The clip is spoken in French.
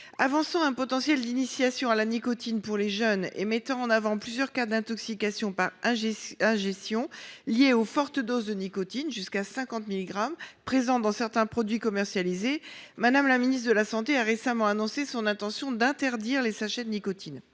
Avançant un potentiel d’initiation à la nicotine pour les jeunes et mettant en avant plusieurs cas d’intoxication par ingestion liés aux fortes doses de nicotine – jusqu’à 50 milligrammes – présentes dans certains produits commercialisés, Mme la ministre de la santé a récemment annoncé son intention d’interdire les sachets de nicotine.